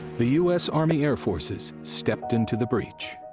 the us army air forces stepped into the breach.